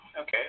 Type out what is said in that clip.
Okay